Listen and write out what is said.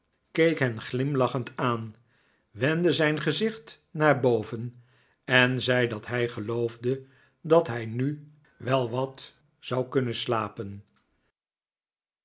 keek hen glimlachend aan wendde zijn gezicht naar boven en zei dat hij geloofde dat hij nu wel wat zou kunnen slapen